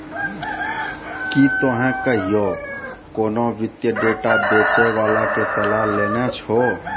कि तोहें कहियो कोनो वित्तीय डेटा बेचै बाला के सलाह लेने छो?